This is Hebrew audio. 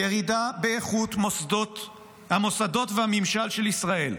ירידה באיכות המוסדות והממשל של ישראל,